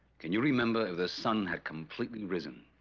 can you remember if the sun had completely risen